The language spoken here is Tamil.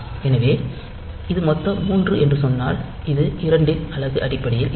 எனவே இது மொத்தம் 3 என்று சொன்னால் இது 2 இன் அலகு அடிப்படையில் இருக்கும்